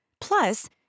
Plus